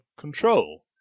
control